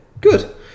good